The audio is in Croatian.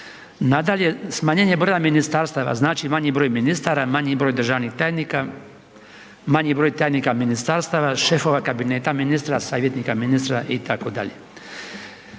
Nadalje, smanjenje broja ministarstava znači manji broj ministara, manji broj državnih tajnika, manji broj tajnika ministarstva, šefova kabineta ministra, savjetnika ministra itd.